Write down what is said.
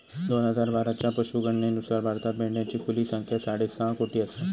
दोन हजार बाराच्या पशुगणनेनुसार भारतात मेंढ्यांची खुली संख्या साडेसहा कोटी आसा